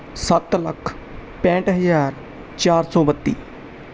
ਸੱਤ ਲੱਖ ਪੈਂਹਠ ਹਜ਼ਾਰ ਚਾਰ ਸੌ ਬੱਤੀ